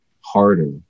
harder